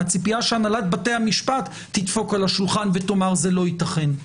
הציפייה שהנהלת בתי המשפט תדפוק על השולחן ותאמר: זה לא ייתכן.